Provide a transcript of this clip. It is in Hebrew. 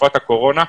בתקופת הקורונה.